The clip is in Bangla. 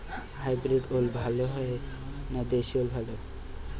হাইব্রিড ওল ভালো না দেশী ওল ভাল?